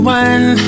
one